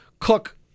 Cook